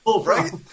Right